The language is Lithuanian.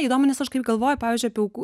įdomu nes aš kaip galvoju pavyzdžiui apie aukų